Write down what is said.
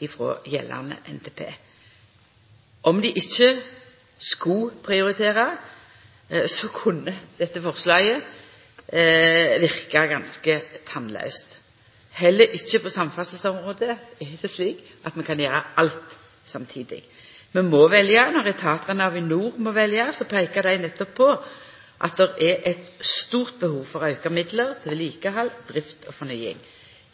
gjeldande NTP. Om dei ikkje skulle prioritera, kunne dette forslaget verka ganske tannlaust. Heller ikkje på samferdselsområdet er det slik at vi kan gjera alt samtidig. Vi må velja, og når etatane og Avinor må velja, peiker dei nettopp på at det er eit stort behov for auka midlar til vedlikehald, drift og fornying.